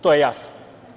To je jasno.